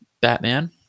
Batman